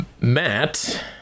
Matt